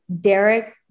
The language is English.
Derek